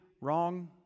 wrong